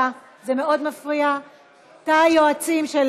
והתשתיות לא יהיו הרוסות שם,